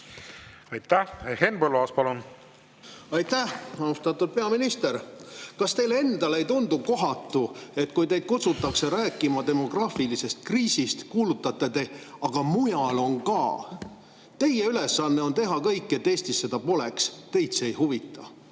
Aitäh! Henn Põlluaas, palun! Aitäh! Austatud peaminister! Kas teile endale ei tundu kohatu, et kui teid kutsutakse rääkima demograafilisest kriisist, siis te kuulutate: "Aga mujal on ka!"? Teie ülesanne on teha kõik, et Eestis seda poleks. Teid see ei huvita.